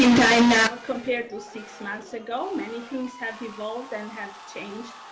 time now. compared to six months ago. many things have evolved and have changed,